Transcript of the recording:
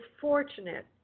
fortunate